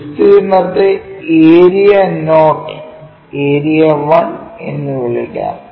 വിസ്തീർണ്ണത്തേ area not ഏരിയ1 എന്ന് വിളിക്കാം